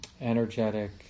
energetic